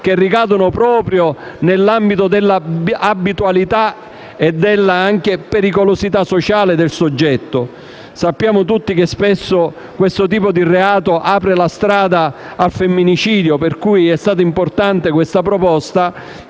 che ricadono proprio nell'ambito dell'abitualità e della pericolosità sociale del soggetto. Sappiamo tutti che spesso questo tipo di reato apre la strada al femminicidio. Pertanto, è stato importante questa proposta,